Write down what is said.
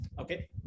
Okay